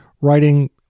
writing